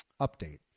update